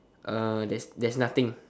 uh there's there's nothing